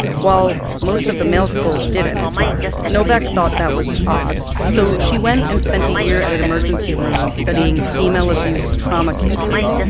while most of the male skulls didn't novak thought that was odd, so she went and spent a year at an emergency room, studying female abuse trauma cases.